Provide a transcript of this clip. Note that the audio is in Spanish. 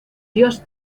dios